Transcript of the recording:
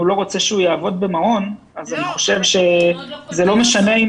לא רוצה שהוא יעבוד במעון אז אני חושב שזה לא משנה אם